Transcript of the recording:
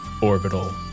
orbital